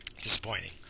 Disappointing